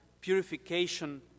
purification